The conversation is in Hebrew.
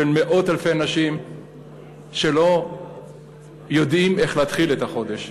של מאות אלפי אנשים שלא יודעים איך להתחיל את החודש.